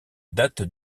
date